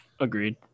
Agreed